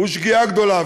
זו שגיאה גדולה,